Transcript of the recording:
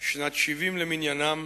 שנת 70 למניינם,